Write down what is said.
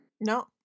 No